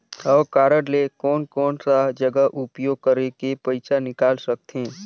हव कारड ले कोन कोन सा जगह उपयोग करेके पइसा निकाल सकथे?